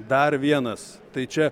dar vienas tai čia